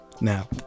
now